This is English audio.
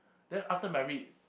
then after merit